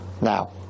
Now